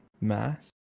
Mass